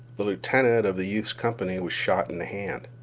the lieutenant of the youth's company was shot in the hand.